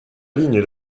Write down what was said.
ligne